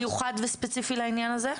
מיוחד וספציפי לעניין הזה?